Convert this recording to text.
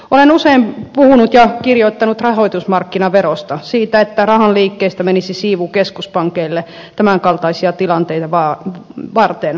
olen usein puhunut ja kirjoittanut rahoitusmarkkinaverosta siitä että rahan liikkeistä menisi siivu keskuspankeille tämänkaltaisia tilanteita varten